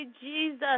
Jesus